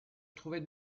trouvait